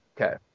Okay